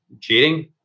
Cheating